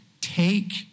take